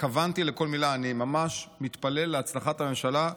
התכוונתי לכל מילה, אני ממש מתפלל להצלחת הממשלה,